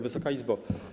Wysoka Izbo!